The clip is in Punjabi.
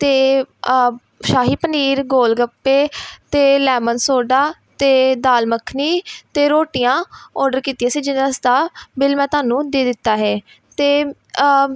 ਅਤੇ ਸ਼ਾਹੀ ਪਨੀਰ ਗੋਲ ਗੱਪੇ ਅਤੇ ਲੈਮਨ ਸੋਡਾ ਅਤੇ ਦਾਲ ਮੱਖਣੀ ਅਤੇ ਰੋਟੀਆਂ ਔਡਰ ਕੀਤੀਆਂ ਸੀ ਜਿਹਦਾ ਸਾਰਾ ਬਿੱਲ ਮੈਂ ਤੁਹਾਨੂੰ ਦੇ ਦਿੱਤਾ ਹੈ ਅਤੇ